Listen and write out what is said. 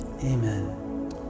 amen